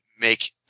make